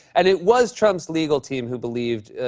and it was trump's legal team who believed